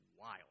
wild